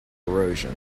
erosion